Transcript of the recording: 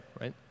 right